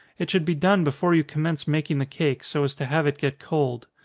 it should be done before you commence making the cake, so as to have it get cold.